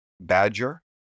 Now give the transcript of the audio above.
badger